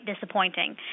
disappointing